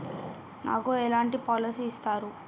నాకు ఎలాంటి పాలసీ ఇస్తారు?